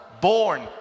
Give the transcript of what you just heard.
born